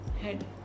head